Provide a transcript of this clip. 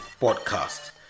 podcast